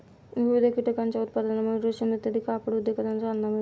विविध कीटकांच्या उत्पादनामुळे रेशीम इत्यादी कापड उद्योगांना चालना मिळते